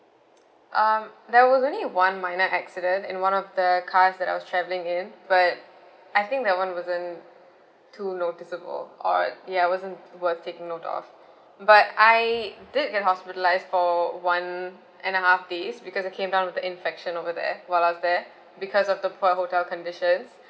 um there was only one minor accident in one of the cars that I was travelling in but I think that [one] wasn't too noticeable or ya wasn't were take note of but I did get hospitalised for one and a half days because I came down with the infection over there while out there because of the poor hotel conditions